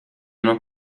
non